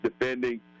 defending